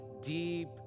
deep